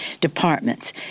departments